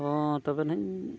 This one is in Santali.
ᱦᱚᱸ ᱛᱚᱵᱮ ᱱᱟᱦᱟᱜ ᱤᱧ